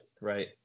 right